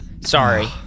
Sorry